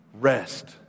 rest